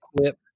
clip